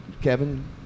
Kevin